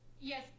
Yes